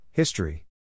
History